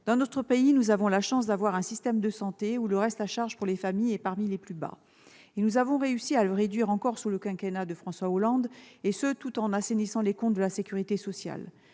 Dans notre pays, nous avons la chance d'avoir un système de santé où le reste à charge pour les familles est parmi les plus bas. Nous avons réussi à le réduire encore sous le quinquennat de François Hollande, tout en assainissant les comptes de la sécurité sociale.